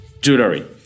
jewelry